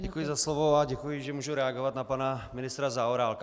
Děkuji za slovo a děkuji, že mohu reagovat na pana ministra Zaorálka.